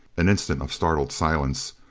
an instant of startled silence.